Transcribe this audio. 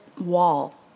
wall